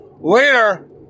Later